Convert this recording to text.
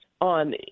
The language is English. on